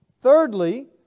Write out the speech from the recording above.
Thirdly